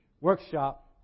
workshop